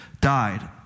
died